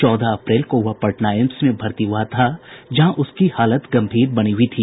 चौदह अप्रैल को वह पटना एम्स में भर्ती हुआ था जहां उसकी हालत गम्भीर बनी हुई थी